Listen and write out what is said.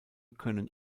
können